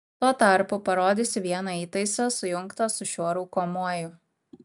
tuo tarpu parodysiu vieną įtaisą sujungtą su šiuo rūkomuoju